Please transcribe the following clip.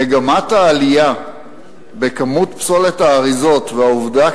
מגמת העלייה בכמות פסולת האריזות והעובדה